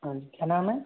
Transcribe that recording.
हाँ क्या नाम है